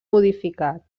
modificat